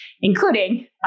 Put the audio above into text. including